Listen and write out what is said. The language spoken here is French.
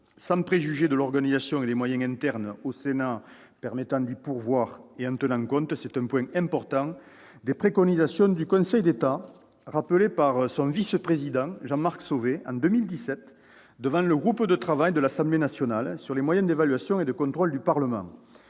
Sans préjuger de l'organisation et des moyens internes au Sénat qui permettront d'y pourvoir, et en tenant compte -c'est un point important -des préconisations du Conseil d'État, rappelées en 2017 par son vice-président Jean-Marc Sauvé devant le groupe de travail de l'Assemblée nationale sur les moyens d'évaluation et de contrôle du Parlement,